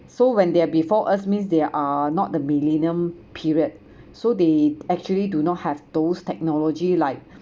so when they are before us means they are not the millennium period so they actually do not have those technology like